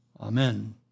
Amen